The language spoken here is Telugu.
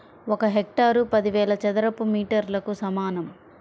ఒక హెక్టారు పదివేల చదరపు మీటర్లకు సమానం